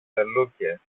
φελούκες